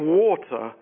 water